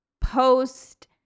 post-